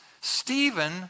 Stephen